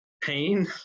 pain